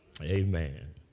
amen